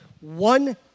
One